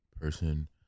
Person